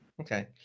okay